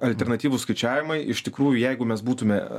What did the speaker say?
alternatyvūs skaičiavimai iš tikrųjų jeigu mes būtume